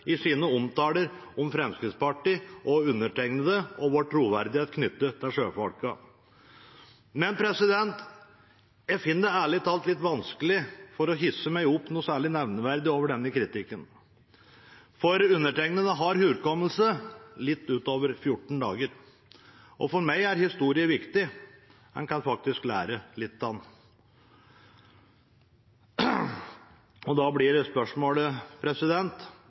i sine omtaler av Fremskrittspartiet og undertegnede og vår troverdighet knyttet til sjøfolkene. Men jeg finner det ærlig talt litt vanskelig å hisse meg nevneverdig opp over denne kritikken, for undertegnede har hukommelse litt ut over 14 dager. For meg er historie viktig – en kan faktisk lære litt av den. Da blir spørsmålet: